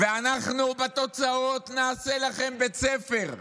אנחנו בתוצאות נעשה לכם בית ספר.